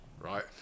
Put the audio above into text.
right